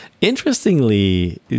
Interestingly